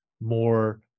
more